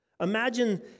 Imagine